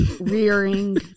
rearing